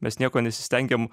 mes nieko nesistengiam